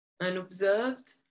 unobserved